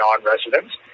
non-residents